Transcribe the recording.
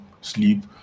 sleep